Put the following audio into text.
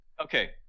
Okay